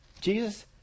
Jesus